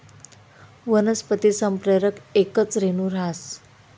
वनस्पती संप्रेरक येकच रेणू रहास